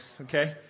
okay